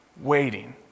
waiting